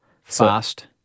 Fast